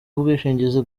ubwishingizi